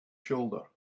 shoulder